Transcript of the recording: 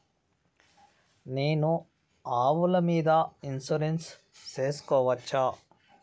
నేను ఆవుల మీద ఇన్సూరెన్సు సేసుకోవచ్చా?